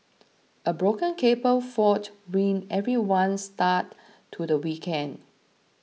a broken cable fault ruined everyone's start to the weekend